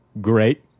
great